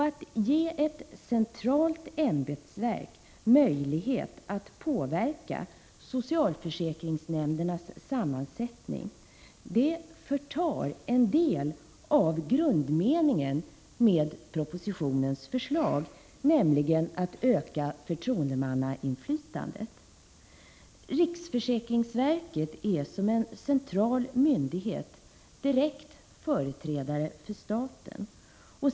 Att ge ett centralt ämbetsverk möjlighet att påverka socialförsäkringsnämndernas sammansättning förtar en del av grundmeningen med propositionens förslag, nämligen att öka förtroendemannainflytandet. Riksförsäkringsverket är som en central myndighet direkt företrädare för staten.